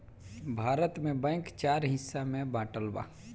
भारत में बैंक चार हिस्सा में बाटल बा